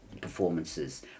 performances